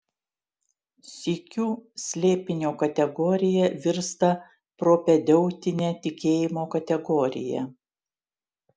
sykiu slėpinio kategorija virsta propedeutine tikėjimo kategorija